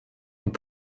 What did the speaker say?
und